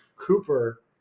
Cooper